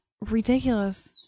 ridiculous